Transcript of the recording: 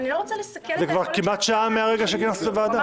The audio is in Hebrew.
זה כבר כמעט שעה מהרגע שכינסתי את הוועדה.